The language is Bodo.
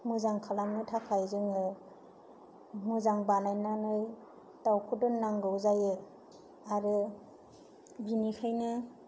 मोजां खालामनो थाखाय जोङो मोजां बानायनानै दावखौ दोननांगौ जायो आरो बेनिफ्रायनो